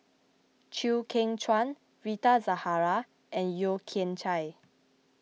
Chew Kheng Chuan Rita Zahara and Yeo Kian Chai